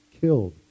killed